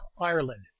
Ireland